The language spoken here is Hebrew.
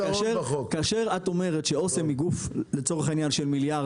כאשר את אומרת שאסם היא גוף של מיליארדים,